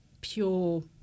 pure